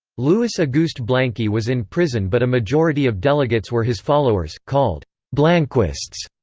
louis auguste blanqui was in prison but a majority of delegates were his followers, called blanquists.